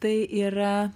tai yra